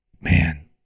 Man